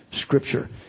Scripture